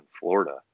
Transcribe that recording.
Florida